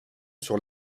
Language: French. sur